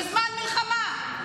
בזמן מלחמה.